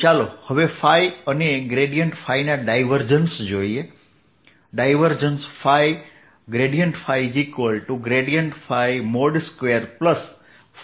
ચાલો હવે અને ગ્રેડીયેંટ ના ડાયવર્જન્સ જોઈએ